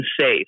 safe